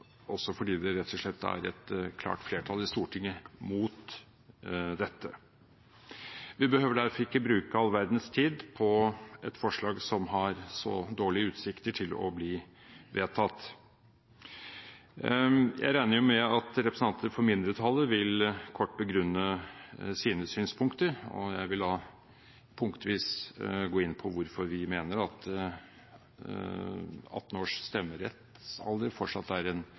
også fordi det rett og slett er et klart flertall i Stortinget mot dette. Vi behøver derfor ikke bruke all verdens tid på et forslag som har så dårlige utsikter til å bli vedtatt. Jeg regner jo med at representanter for mindretallet kort vil begrunne sine synspunkter, og jeg vil da punktvis gå inn på hvorfor vi mener at 18-års stemmerettsalder fortsatt er en